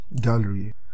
gallery